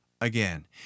Again